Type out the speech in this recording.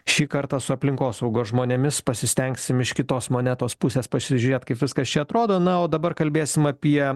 šį kartą su aplinkosaugos žmonėmis pasistengsim iš kitos monetos pusės pasižiūrėt kaip viskas čia atrodo na o dabar kalbėsim apie